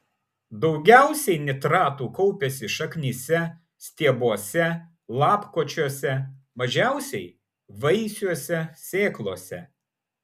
daugiausiai nitratų kaupiasi šaknyse stiebuose lapkočiuose mažiausiai vaisiuose sėklose